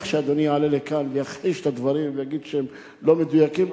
שאדוני יעלה לכאן ויכחיש את הדברים ויגיד שהם לא מדויקים.